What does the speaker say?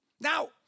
Now